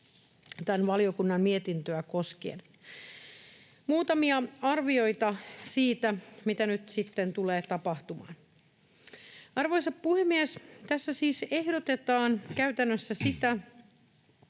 tätä valiokunnan mietintöä koskien. Muutamia arvioita siitä, mitä nyt sitten tulee tapahtumaan. Arvoisa puhemies! Tässä siis ehdotetaan käytännössä sitä,